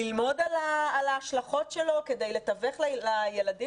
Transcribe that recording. ללמוד על ההשלכות שלו כדי לתווך לילדים